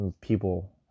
people